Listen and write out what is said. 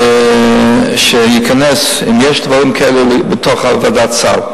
אם יש דברים כאלה, שייכנסו לתוך הסל.